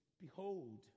Behold